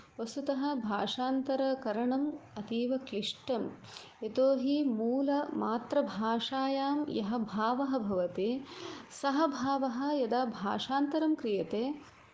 वस्तुतः भाषान्तरकरणं अतीव क्लिष्टम् यतोऽहि मूलमात्रभाषायां यः भावः भवति सः भावः यदा भाषान्तरं क्रियते